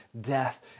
death